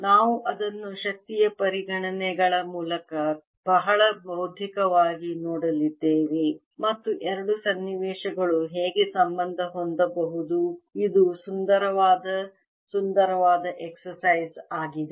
ನಾವು ಅದನ್ನು ಶಕ್ತಿಯ ಪರಿಗಣನೆಗಳ ಮೂಲಕ ಬಹಳ ಬೌದ್ಧಿಕವಾಗಿ ನೋಡಲಿದ್ದೇವೆ ಮತ್ತು ಎರಡು ಸನ್ನಿವೇಶಗಳು ಹೇಗೆ ಸಂಬಂಧ ಹೊಂದಬಹುದು ಇದು ಸುಂದರವಾದ ಸುಂದರವಾದ ಎಕ್ಸಸೈಜ್ ಆಗಿದೆ